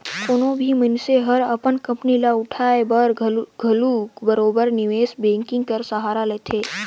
कोनो भी मइनसे हर अपन कंपनी ल उठाए बर घलो बरोबेर निवेस बैंकिंग कर सहारा लेथे